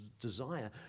desire